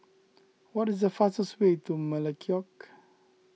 what is the fastest way to Melekeok